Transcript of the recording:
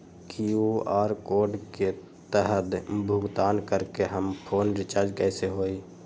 QR code के तहद भुगतान करके हम फोन रिचार्ज कैसे होई?